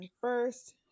first